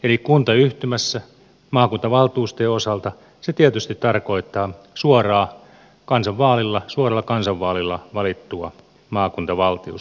eli kuntayhtymässä maakuntavaltuustojen osalta se tietysti tarkoittaa suoralla kansanvaalilla valittua maakuntavaltuustoa